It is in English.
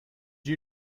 you